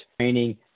training